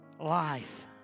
life